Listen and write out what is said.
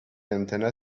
antenna